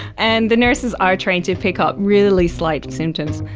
and the nurses are trained to pick up really slight symptoms.